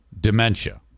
dementia